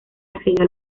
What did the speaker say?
accedió